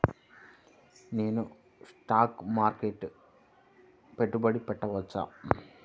నేను స్టాక్ మార్కెట్లో పెట్టుబడి పెట్టవచ్చా?